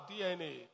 DNA